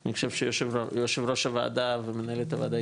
אני חושב שיושב ראש הוועדה ומנהלת הוועדה,